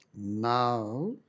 Now